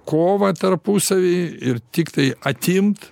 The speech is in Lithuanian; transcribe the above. kovą tarpusavy ir tiktai atimt